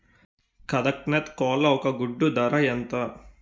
కదక్నత్ కోళ్ల ఒక గుడ్డు ధర ఎంత?